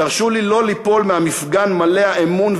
תרשו לי לא ליפול מהמפגן מלא האמון,